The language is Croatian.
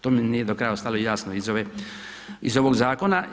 To mi nije do kraja ostalo jasno iz ovog zakona.